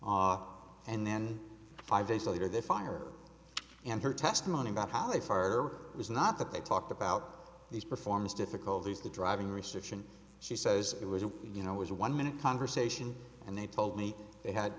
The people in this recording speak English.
ah and then five days later the fire and her testimony about how they fire was not that they talked about these performance difficulties the driving restriction she says it was a you know it was a one minute conversation and they told me they had